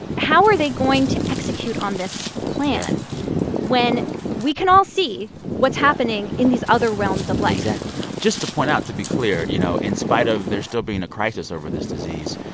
how are they going to execute on this plan when we can all see what's happening in these other realms of life? exactly. just to point out, to be clear, you know, in spite of there still being a crisis over this disease,